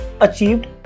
achieved